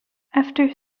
after